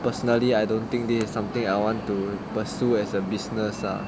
personally I don't think that is something I want to pursue as a business ah